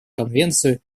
конвенцию